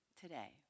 today